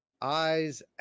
Eyes